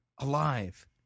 alive